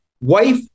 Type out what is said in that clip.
wife